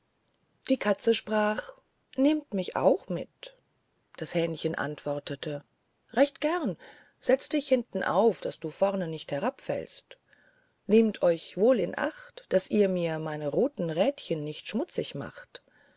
die katze sprach nehmt mich auch mit das hähnchen antwortete recht gern setz dich hinten auf daß du vornen nicht herabfällst nehmt euch wohl in acht daß ihr mir meine rothe räderchen nicht schmutzig macht